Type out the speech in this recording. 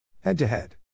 Head-to-head